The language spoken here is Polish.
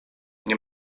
nie